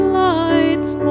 lights